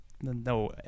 no